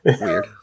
weird